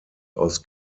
aus